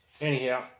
Anyhow